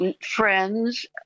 friends